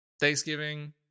Thanksgiving